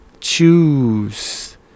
Choose